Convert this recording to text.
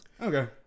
Okay